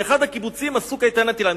באחד הקיבוצים עשו קייטנת איל"ן.